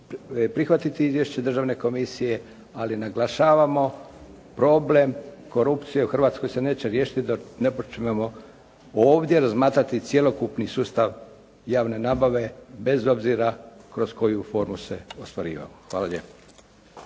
prihvatiti Izvješće Državne komisije, ali naglašavamo problem korupcije u Hrvatskoj se neće riješiti dok ne počnemo ovdje razmatrati cjelokupni sustav javne nabave bez obzira kroz koju formu se ostvarivao. Hvala lijepo.